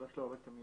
צוהריים טובים,